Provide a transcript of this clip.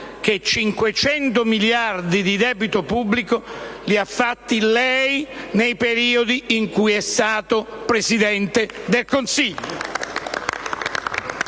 che 500 miliardi di euro di debito pubblico li ha fatti lei nei periodi in cui è stato Presidente del Consiglio.